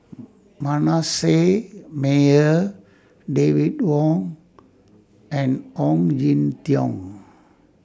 Manasseh Meyer David Wong and Ong Jin Teong